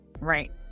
Right